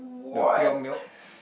the pure milk